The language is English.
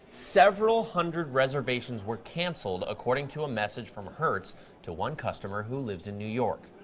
several hundred reservations were canceled, according to a message from hertz to one customer who lives in new york.